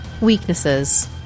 Weaknesses